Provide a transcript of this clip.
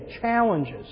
challenges